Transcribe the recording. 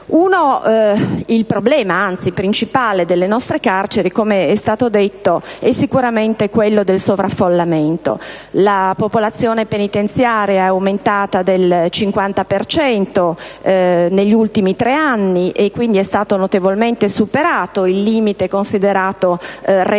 Il problema principale delle nostre carceri - come è stato già detto - è sicuramente quello del sovraffollamento. La popolazione penitenziaria è aumentata del 50 per cento negli ultimi tre anni e quindi è stato notevolmente superato il limite considerato regolamentare.